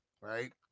right